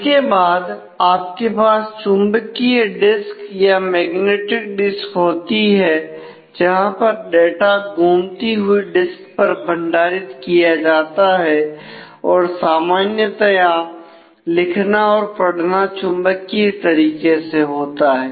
इसके बाद आपके पास चुंबकीय डिस्क या मैग्नेटिक डिस्क होती है जहां पर डाटा घूमती हुई डिस्क पर भंडारित किया जाता है और सामान्यतया लिखना और पढ़ना चुंबकीय तरीके से होता है